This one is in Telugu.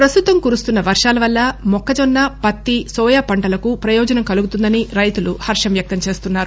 ప్రస్తుతం కురుస్తున్న వర్షాల వల్ల మొక్కజొన్న పత్తి నోయా పంటలకు ప్రయోజనం కలుగుతుందని రైతులు హర్షం వ్యక్తంచేస్తున్నారు